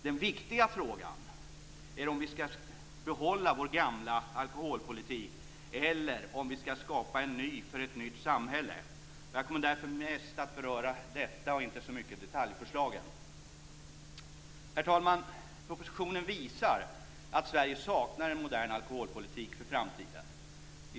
Den viktiga frågan är om vi ska behålla vår gamla alkoholpolitik eller om vi ska skapa en ny sådan för ett nytt samhälle. Jag kommer därför mest att beröra detta och inte så mycket detaljförslagen. Herr talman! Propositionen visar att Sverige saknar en modern alkoholpolitik för framtiden.